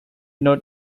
not